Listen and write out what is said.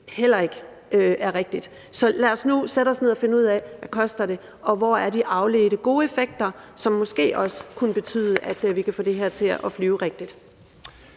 heller ikke er rigtigt. Så lad os nu sætte os ned og finde ud af, hvad det koster, og hvor de gode afledte effekter er, hvad der måske også kunne betyde, at vi kunne få det her til at flyve rigtigt.